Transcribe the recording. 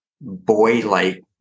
boy-like